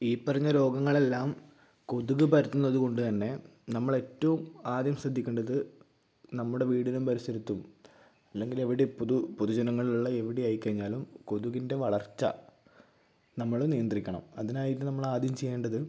ഈ പറഞ്ഞ രോഗങ്ങളെല്ലാം കൊതുക് പരത്തുന്നതു കൊണ്ടുതന്നെ നമ്മളേറ്റവും ആദ്യം ശ്രദ്ധിയ്ക്കേണ്ടത് നമ്മുടെ വീടിനും പരിസരത്തും അല്ലെങ്കിലെവിടെ പൊതു പൊതുജനങ്ങളുള്ള എവിടെയായി കഴിഞ്ഞാലും കൊതുകിന്റെ വളർച്ച നമ്മൾ നിയന്ത്രിയ്ക്കണം അതിനായിട്ട് നമ്മൾ ആദ്യം ചെയ്യേണ്ടത്